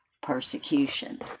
persecution